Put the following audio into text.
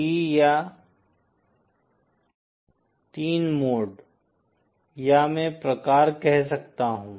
T या तीन mode या मैं प्रकार कह सकता हूं